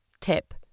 Tip